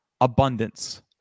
Abundance